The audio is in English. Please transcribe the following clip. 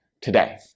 today